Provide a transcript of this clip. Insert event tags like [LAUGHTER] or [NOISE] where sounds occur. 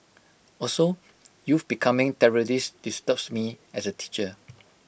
also youth becoming terrorists disturbs me as A teacher [NOISE]